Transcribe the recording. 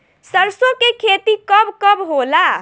सरसों के खेती कब कब होला?